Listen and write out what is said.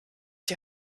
die